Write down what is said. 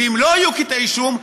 ואם לא יהיו כתבי אישום,